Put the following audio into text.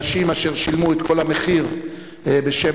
אני רוצה רק לומר לאדוני יושב-ראש הוועדה,